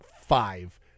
five